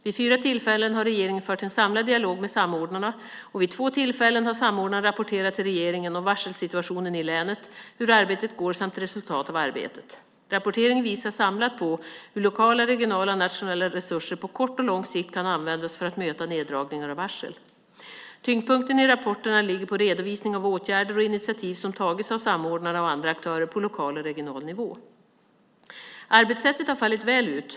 Vid fyra tillfällen har regeringen fört en samlad dialog med samordnarna och vid två tillfällen har samordnarna rapporterat till regeringen om varselsituationen i länet, hur arbetet går samt resultat av arbetet. Rapporteringen visar samlat på hur lokala, regionala och nationella resurser på kort och lång sikt kan användas för att möta neddragningar och varsel. Tyngdpunkten i rapporterna ligger på redovisning av åtgärder och initiativ som tagits av samordnarna och andra aktörer på lokal och regional nivå. Arbetssättet har fallit väl ut.